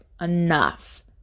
enough